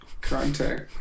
contact